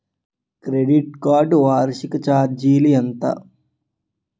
Credit card వార్షిక ఛార్జీలు ఎంత?